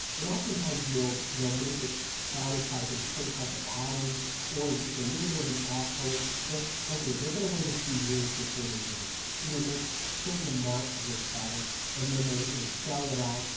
but oftentimes, mills, they'll make a so fabric type with a certain type of pattern or just a little bit of an off color that they're going to wait a few years before they do this, so they make a certain amount of this fabric and then they they sell it out,